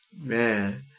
Man